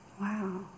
wow